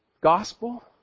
Gospel